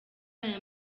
aya